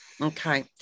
Okay